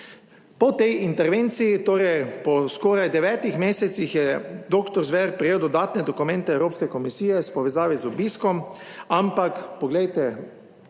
Po tej intervenciji, torej po skoraj devetih mesecih, je doktor Zver prejel dodatne dokumente Evropske komisije v povezavi z obiskom, ampak poglejte,